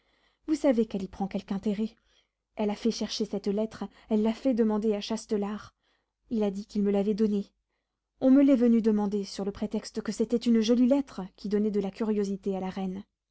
vous savez qu'elle y prend quelque intérêt elle a fait chercher cette lettre elle l'a fait demander à châtelart il a dit qu'il me l'avait donnée on me l'est venu demander sur le prétexte que c'était une jolie lettre qui donnait de la curiosité à la reine